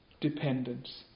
dependence